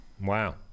wow